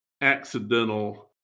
accidental